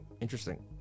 Interesting